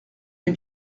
les